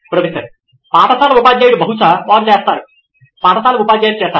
professor పాఠశాల ఉపాధ్యాయుడు బహుశా వారు చేస్తారు పాఠశాల ఉపాధ్యాయులు చేస్తారు